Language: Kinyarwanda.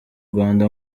rwanda